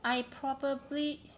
I probably